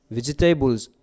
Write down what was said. Vegetables